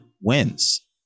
wins